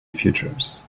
futures